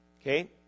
Okay